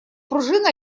пружина